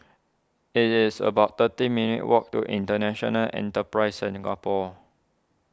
it is about thirty minutes' walk to International Enterprise Singapore